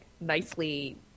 nicely